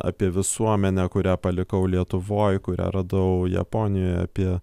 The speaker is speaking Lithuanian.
apie visuomenę kurią palikau lietuvoj kurią radau japonijoje apie